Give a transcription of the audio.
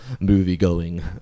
movie-going